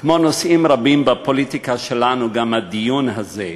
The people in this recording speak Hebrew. כמו נושאים רבים בפוליטיקה שלנו, גם הדיון הזה,